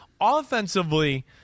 Offensively